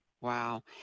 Wow